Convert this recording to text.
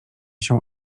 się